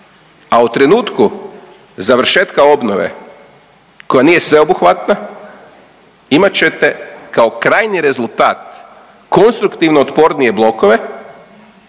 a u trenutku završetka obnove koja nije sveobuhvatna imat ćete kao krajnji rezultat konstruktivno otpornije blokove,